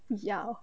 ya